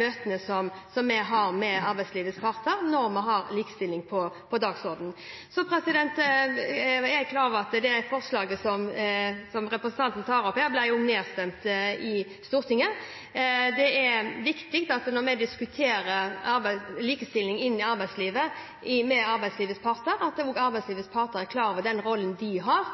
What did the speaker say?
møtene som vi har med arbeidslivets parter når vi har likestilling på dagsordenen. Jeg er klar over at det forslaget som representanten tar opp her, ble nedstemt i Stortinget. Det er viktig når vi diskuterer likestilling i arbeidslivet med arbeidslivets parter, at arbeidslivets parter er klar over den rollen de har,